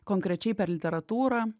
konkrečiai per literatūrą